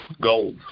Gold